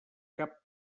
cap